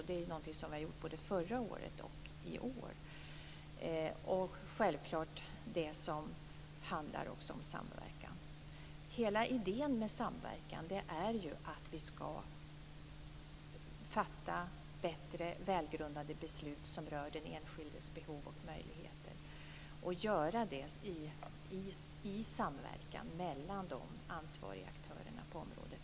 Det har vi gjort, både förra året och i år. Det handlar självfallet också om samverkan. Hela idén med samverkan är ju att vi skall fatta bättre och välgrundade beslut som rör den enskildes behov och möjligheter. Detta skall göras i samverkan mellan de ansvariga aktörerna på området.